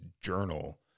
journal